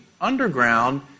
underground